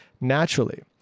naturally